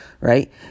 right